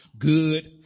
good